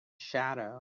shadow